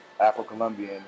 Afro-Colombian